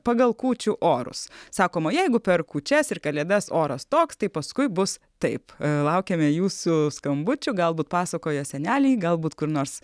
pagal kūčių orus sakoma jeigu per kūčias ir kalėdas oras toks tai paskui bus taip laukiame jūsų skambučių galbūt pasakojo seneliai galbūt kur nors